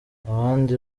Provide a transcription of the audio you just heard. abandi